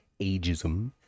ageism